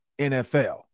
NFL